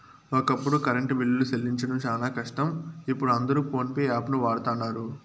ఒకప్పుడు కరెంటు బిల్లులు సెల్లించడం శానా కష్టం, ఇపుడు అందరు పోన్పే యాపును వాడతండారు